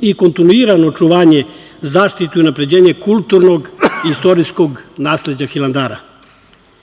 i kontinuirano očuvanje, zaštitu i unapređenje kulturnog i istorijskog nasleđa Hilandara. Iako